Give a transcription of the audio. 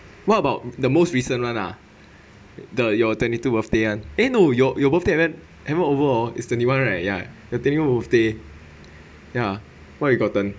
what about the most recent one lah the your twenty two birthday [one] eh no your your birthday at when haven't over hor is twenty one right ya your twenty one birthday ya what you got then